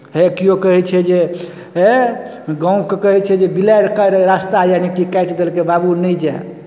हे किओ कहै छै जे हे गामके कहै छै जे बिलाड़ि रास्ता यानिकि काटि देलक बाबू नहि जायब